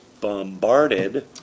bombarded